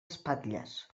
espatlles